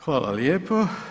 Hvala lijepo.